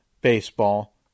baseball